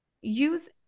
Use